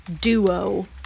duo